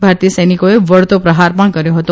ભારતીય સૈનિકોએ વળતો પ્રહાર કર્યો હતો